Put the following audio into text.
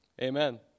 Amen